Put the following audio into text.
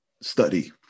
study